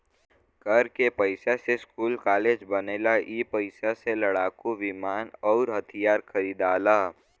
कर के पइसा से स्कूल कालेज बनेला ई पइसा से लड़ाकू विमान अउर हथिआर खरिदाला